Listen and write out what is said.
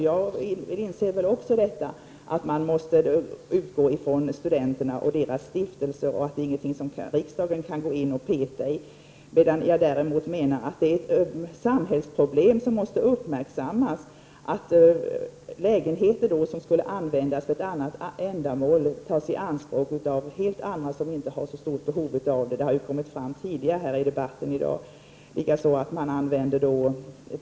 Jag inser också att man måste utgå ifrån studenterna och deras stiftelser och att det inte är något som riksdagen kan gå in och peta i. Däremot menar jag att det är ett samhällsproblem som måste uppmärksammas. Lägenheter som skulle kunna användas för ett annat ändamål tas i anspråk av sådana som inte har så stort behov av dem. Det har framkommit tidigare i debatten i dag.